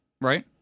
Right